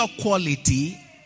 quality